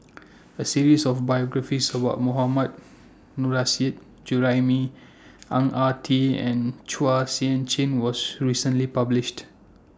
A series of biographies about Mohammad Nurrasyid Juraimi Ang Ah Tee and Chua Sian Chin was recently published